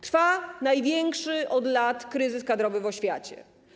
Trwa największy od lat kryzys kadrowy w oświacie.